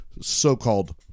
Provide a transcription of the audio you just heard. So-called